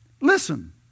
Listen